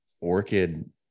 Orchid